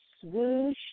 Swoosh